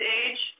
age